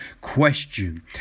question